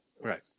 right